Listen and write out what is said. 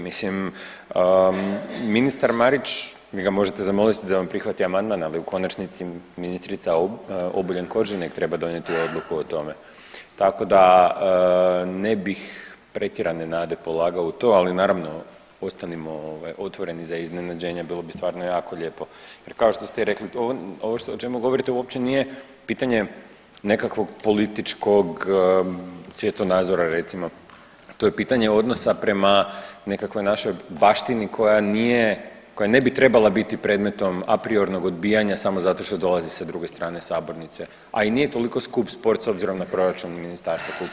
Mislim ministar Marić, vi ga možete zamolit da vam prihvati amandman, ali u konačnici ministrica Obuljen Koržinek treba donijeti odluku o tome, tako da ne bih pretjerane nade polagao u to, ali naravno ostanimo ovaj otvoreni za iznenađenja, bilo bi stvarno jako lijepo jer kao što ste i rekli ovo o čemu govorite uopće nije pitanje nekakvog političkog svjetonazora recimo, to je pitanje odnosa prema nekakvoj našoj baštini koja nije, koja ne bi trebala biti predmetom a priornog odbijanja samo zato što dolazi sa druge sabornice, a i nije toliko skup sport s obzirom na proračun Ministarstva kulture.